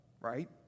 right